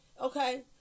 Okay